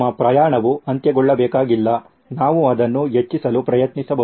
ನಮ್ಮ ಪ್ರಯಾಣವು ಅಂತ್ಯಗೊಳ್ಳಬೇಕಾಗಿಲ್ಲ ನಾವು ಅದನ್ನು ಹೆಚ್ಚಿಸಲು ಪ್ರಯತ್ನಿಸಬಹುದು